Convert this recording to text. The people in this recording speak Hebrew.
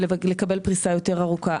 ולקבל פריסה יותר ארוכה.